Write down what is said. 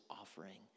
offering